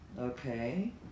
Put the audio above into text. okay